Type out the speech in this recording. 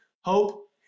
Hope